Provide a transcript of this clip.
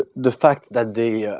ah the fact that they